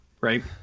right